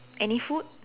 any food